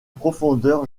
profondeur